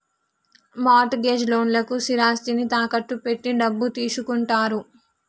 mart gauge లోన్లకు స్థిరాస్తిని తాకట్టు పెట్టి డబ్బు తీసుకుంటారు